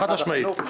חד-משמעית.